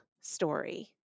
story